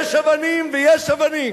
יש אבנים ויש אבנים,